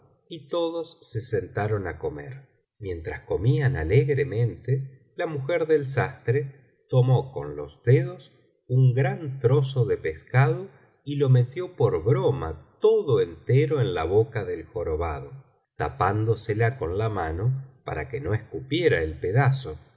y todos se sentaron á comer mientras comían alegremente l mujer del sastre tomó con los dedos un gran trozo de pescado y lo metió por broma todo entero en la boca del jorobado tapándosela con la mano para que no escupiera el pedazo